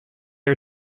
are